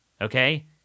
okay